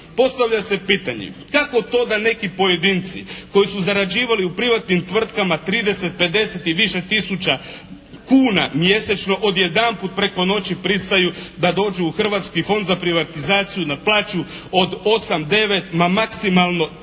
Postavlja se pitanje kako to da neki pojedinci koji su zarađivali u privatnim tvrtkama 30, 50 i više tisuća kuna mjesečno od jedanput preko noći pristaju da dođu u Hrvatski fond za privatizaciju na plaću od osam, devet, ma maksimalno 10